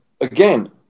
Again